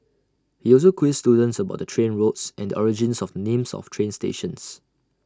he also quizzed students about the train routes and the origins of the names of train stations